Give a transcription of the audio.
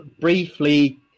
briefly